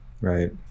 right